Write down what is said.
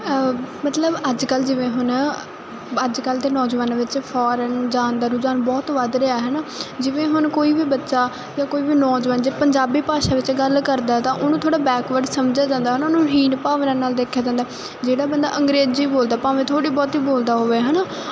ਮਤਲਬ ਅੱਜਕੱਲ ਜਿਵੇਂ ਨਾ ਅੱਜ ਕੱਲ ਤੇ ਨੌਜਵਾਨਾਂ ਵਿੱਚ ਫੋਰਨ ਜਾਣ ਦਾ ਰੁਜਾਨ ਬਹੁਤ ਵੱਧ ਰਿਹਾ ਹੈਨਾ ਜਿਵੇਂ ਹੁਣ ਕੋਈ ਵੀ ਬੱਚਾ ਜਾਂ ਕੋਈ ਵੀ ਨੌਜਵਾਨ ਪੰਜਾਬੀ ਭਾਸ਼ਾ ਵਿੱਚ ਗੱਲ ਕਰਦਾ ਤਾਂ ਉਹਨੂੰ ਥੋੜਾ ਬੈਕਵਰਡ ਸਮਝਿਆ ਜਾਂਦਾ ਉਹਨਾਂ ਨੂੰ ਹੀਨ ਭਾਵਨਾ ਨਾਲ ਦੇਖਿਆ ਜਾਂਦਾ ਜਿਹੜਾ ਬੰਦਾ ਅੰਗਰੇਜ਼ੀ ਬੋਲਦਾ ਭਾਵੇਂ ਤੁਹਾਡੇ ਬਹੁਤੀ ਬੋਲਦਾ ਹੋਵੇ ਹਨਾ